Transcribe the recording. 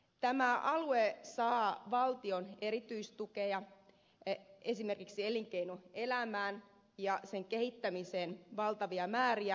tämä alue saa valtion erityistukia esimerkiksi elinkeinoelämään ja sen kehittämiseen valtavia määriä